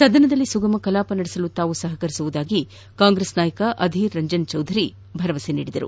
ಸದನದಲ್ಲಿ ಸುಗಮ ಕಲಾಪ ನಡೆಯಲು ತಾವು ಸಹಕರಿಸುವುದಾಗಿ ಕಾಂಗೆಸ್ ನಾಯಕ ಅಧೀರ್ ರಂಜನ್ ಚೌಧರಿ ಭರವಸೆ ನೀಡಿದರು